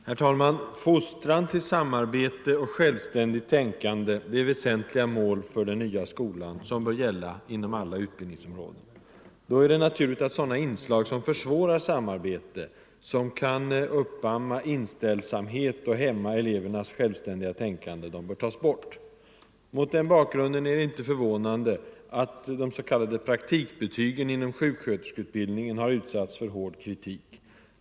Herr talman! Fostran till samarbete och självständigt tänkande är väsentliga mål för den nya skolan, som bör gälla inom alla utbildningsområden. Då är det naturligt att inslag som försvårar samarbete, som kan uppamma inställsamhet och hämma elevernas självständiga tänkande bör tas bort. Mot den bakgrunden är det inte förvånande att de s.k. praktikbetygen inom sjuksköterskeutbildningen har utsatts för hård kritik.